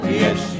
yes